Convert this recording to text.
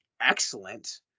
excellent